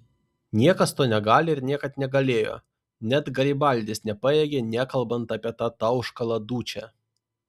niekas to negali ir niekad negalėjo net garibaldis nepajėgė nekalbant apie tą tauškalą dučę